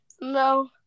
No